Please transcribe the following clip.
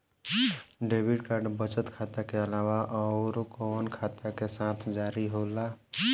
Debit card बचत खाता के अलावा अउरकवन खाता के साथ जारी होला?